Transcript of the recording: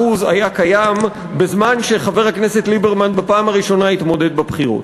היה קיים בזמן שחבר הכנסת ליברמן בפעם הראשונה התמודד בבחירות.